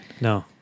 No